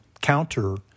counter